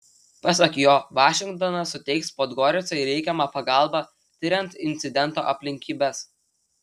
pasak jo vašingtonas suteiks podgoricai reikiamą pagalbą tiriant incidento aplinkybes